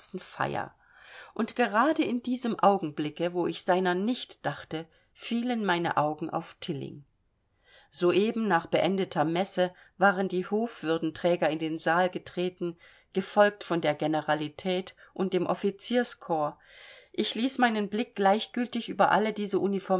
feier und gerade in diesem augenblicke wo ich seiner nicht dachte fielen meine augen auf tilling soeben nach beendeter messe waren die hofwürdenträger in den saal getreten gefolgt von der generalität und dem offizierkorps ich ließ meinen blick gleichgültig über alle diese